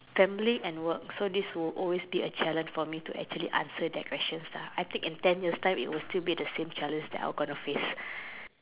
family and work so this will be always a challenge for me to actually answer that I think in ten years time it will still be a problem for me